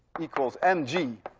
equals mg